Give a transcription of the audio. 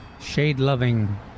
shade-loving